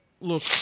Look